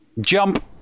Jump